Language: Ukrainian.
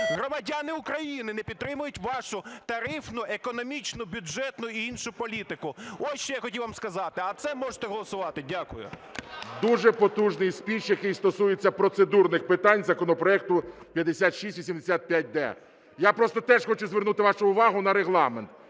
Громадяни України не підтримують вашу тарифну, економічну, бюджету і іншу політику. Ось що я хотів вам сказати. А це можете голосувати. Дякую. 14:02:23 ГОЛОВУЮЧИЙ. Дуже потужний спіч, який стосується процедурних питань законопроекту 5685-д. Я просто теж хочу звернути вашу увагу на Регламент.